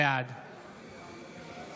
בעד